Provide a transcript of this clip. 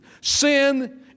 Sin